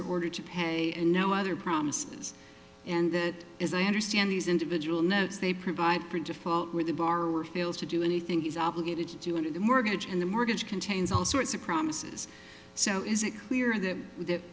ordered to pay and no other promises and that as i understand these individual notes they provide for default where the borrower fails to do anything he's obligated to do under the mortgage and the mortgage contains all sorts of promises so is it clear that th